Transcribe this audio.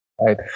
Right